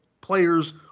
players